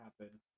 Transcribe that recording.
happen